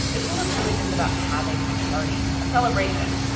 this one is really just about having a party a celebration.